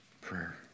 prayer